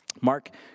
mark